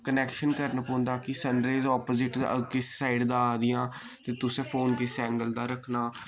connection करन पौंदा कि सन रेज अपोजिट किस साइड दा आ दियां ते तुसैं फोन किस एंगल दा रक्खना